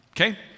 okay